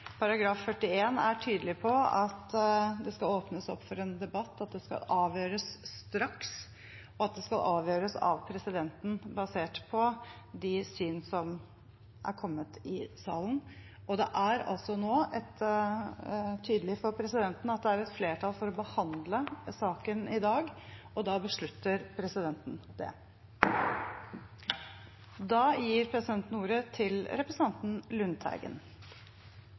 er tydelig på at det skal åpnes opp for en debatt, at det skal avgjøres straks, og at det skal avgjøres av presidenten basert på de synene som har kommet til uttrykk i salen. Det er nå tydelig for presidenten at det er flertall for å behandle saken i dag, og da beslutter presidenten å gjøre det. Representanten Per Olaf Lundteigen har hatt ordet to ganger tidligere og får ordet til